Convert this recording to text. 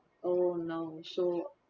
oh no so